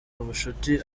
ubucuti